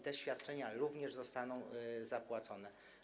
Te świadczenia również zostaną zapłacone.